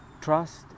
trust